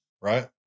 right